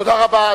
תודה רבה.